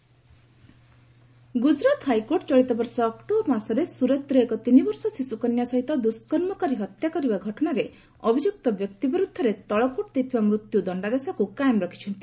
Gujarat HC Gujarat high court ଚଳିତ ବର୍ଷ October ମାସରେ ସ୍ୱରତରେ ଏକ ତିନିବର୍ଷ ଶିଶୁକନ୍ୟା ସହିତ ଦୁଷ୍କର୍ମ କରି ହତ୍ୟା କରିବା ଘଟଣାରେ ଅଭିଯୁକ୍ତ ବ୍ୟକ୍ତି ବିରୁଦ୍ଧରେ ତଳକୋର୍ଟ ଦେଇଥିବା ମୃତ୍ୟୁ ଦଶ୍ଡାଦେଶକୁ କାଏମ ରଖିଛନ୍ତି